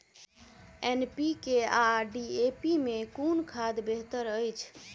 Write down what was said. NPK आ DAP मे कुन खाद बेहतर अछि?